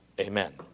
Amen